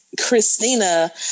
Christina